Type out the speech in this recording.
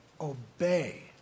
obey